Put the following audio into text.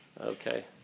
Okay